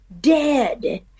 dead